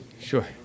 Sure